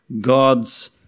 God's